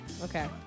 Okay